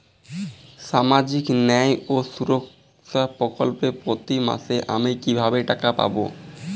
সামাজিক ন্যায় ও সুরক্ষা প্রকল্পে প্রতি মাসে আমি কিভাবে টাকা পাবো?